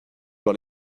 par